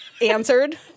answered